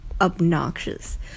obnoxious